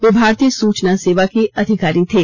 वे भारतीय सुचना सेवा के अधिकारी थे